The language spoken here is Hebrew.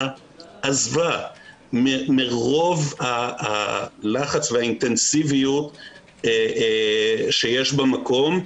עזבה מרוב הלחץ והאינטנסיביות שיש במקום.